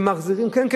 הם מחזירים: כן,